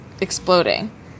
exploding